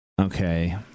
Okay